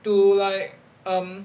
to like um